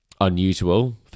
unusual